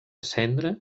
cendra